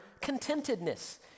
contentedness